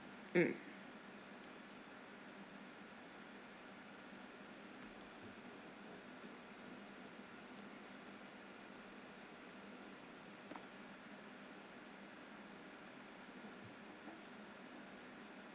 mm